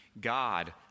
God